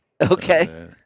Okay